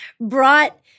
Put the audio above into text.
brought